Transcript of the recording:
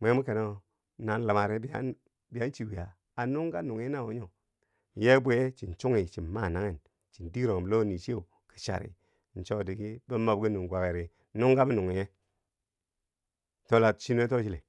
mwi keno na luma an chiwiye, a nung kal nunghi na wo nyo, yee bwiye chin chunghi, chin ma nanghen, chin diroghum lohni chiye ki chari, chodige bo mobki nung kwakiri, nungkabi nunghiye, to la chi nuwe too chile.